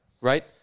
right